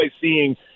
seeing –